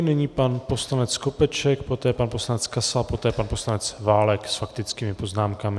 Nyní pan poslanec Skopeček, poté pan poslanec Kasal, poté pan poslanec Válek s faktickými poznámkami.